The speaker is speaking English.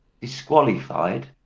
disqualified